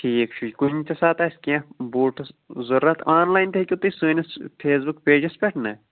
ٹھیٖک چھِ کُنہِ تہِ ساتہٕ آسہِ کیٚنہہ بوٗٹس ضوٚرَتھ آنلایِن تہِ ہٮ۪کو تُہۍ سٲنِس فیس بُک پیجَس پٮ۪ٹھ نا